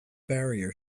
barrier